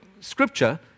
scripture